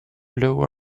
low